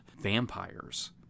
vampires